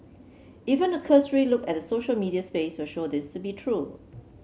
even a cursory look at the social media space will show this to be true